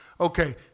okay